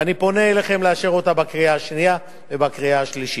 ואני פונה אליכם לאשר אותה בקריאה השנייה ובקריאה השלישית.